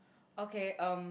okay um